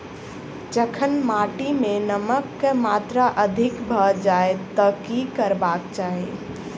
जखन माटि मे नमक कऽ मात्रा अधिक भऽ जाय तऽ की करबाक चाहि?